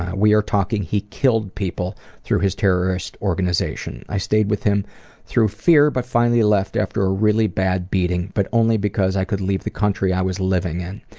we're talking he killed people through his terrorist organization. i stayed with him through fear but finally left after a really bad beating but only because i could leave the country i was living in.